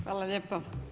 Hvala lijepa.